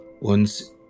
uns